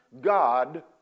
God